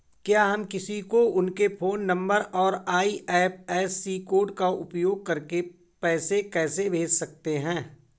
क्या हम किसी को उनके फोन नंबर और आई.एफ.एस.सी कोड का उपयोग करके पैसे कैसे भेज सकते हैं?